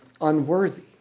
unworthy